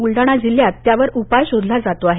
ब्लडाणा जिल्ह्यात त्यावर उपाय शोधला जातो आहे